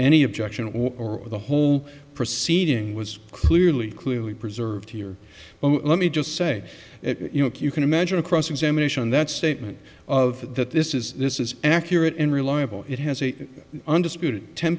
any objection or the whole proceeding was clearly clearly preserved here well let me just say it you know you can imagine cross examination that statement of that this is this is accurate and reliable it has a undisputed ten